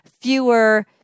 fewer